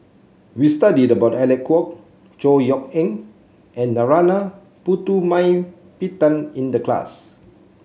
we studied about Alec Kuok Chor Yeok Eng and Narana Putumaippittan in the class